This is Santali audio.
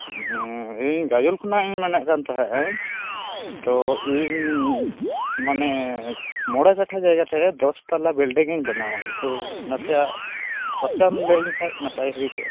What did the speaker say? ᱚ ᱤᱧ ᱜᱟᱡᱚᱞ ᱠᱷᱚᱱᱟᱜ ᱤᱧ ᱢᱮᱱᱮᱫ ᱠᱟᱱ ᱛᱟᱦᱮᱸᱫ ᱟᱹᱧ ᱛᱚ ᱤᱧ ᱢᱟᱱᱮ ᱢᱚᱬᱮ ᱠᱟᱴᱷᱟ ᱡᱟᱭᱜᱟ ᱪᱟᱭ ᱫᱚᱥ ᱛᱟᱞᱟ ᱵᱤᱞᱰᱤᱝᱤᱧ ᱵᱮᱱᱟᱣᱟᱹᱧ ᱛᱚ ᱱᱟᱥᱮᱭᱟᱜ ᱠᱷᱚᱨᱪᱟᱢ ᱞᱟᱹᱭᱟᱹᱧ ᱠᱷᱟᱱ ᱱᱟᱯᱟᱭ ᱦᱩᱭ ᱠᱚᱜᱼᱟ